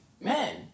men